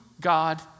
God